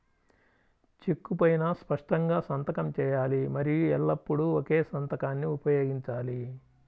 చెక్కు పైనా స్పష్టంగా సంతకం చేయాలి మరియు ఎల్లప్పుడూ ఒకే సంతకాన్ని ఉపయోగించాలి